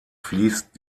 fließt